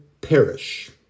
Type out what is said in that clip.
perish